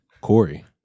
Corey